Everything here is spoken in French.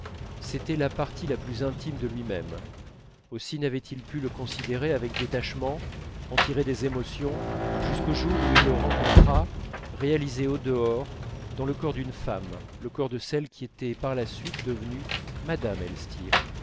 c'était la partie la plus intime de lui-même aussi n'avait-il pu le considérer avec détachement en tirer des émotions jusqu'au jour où il le rencontra réalisé au dehors dans le corps d'une femme le corps de celle qui était par la suite devenue mme